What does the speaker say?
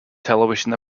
television